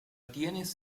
tienes